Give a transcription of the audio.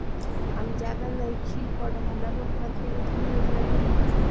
हम ज्यादा नइखिल पढ़ल हमरा मुख्यमंत्री उद्यमी योजना मिली?